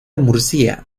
murcia